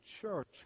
church